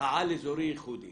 העל-אזורי יחודי